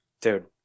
dude